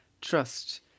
trust